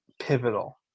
pivotal